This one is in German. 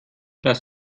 dass